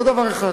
זה דבר אחד.